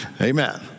amen